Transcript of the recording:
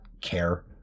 care